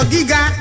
Giga